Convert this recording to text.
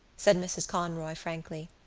said mrs. conroy frankly.